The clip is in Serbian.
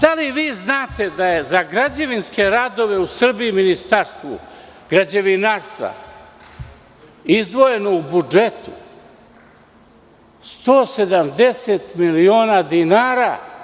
Da li znate da je za građevinske radove u Srbiji u Ministarstvu građevinarstva izdvojeno u budžet 170 miliona dinara?